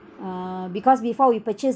uh because before we purchase